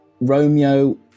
romeo